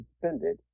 suspended